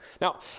Now